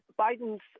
Biden's